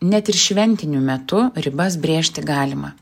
net ir šventiniu metu ribas brėžti galima